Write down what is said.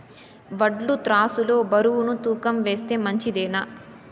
వడ్లు త్రాసు లో బరువును తూకం వేస్తే మంచిదేనా?